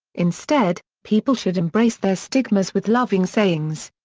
instead, people should embrace their stigmas with loving sayings.